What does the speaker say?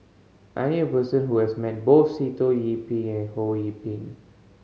I knew a person who has met both Sitoh Yih Pin and Ho Yee Ping